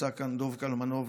נמצא כאן דב קלמנוביץ',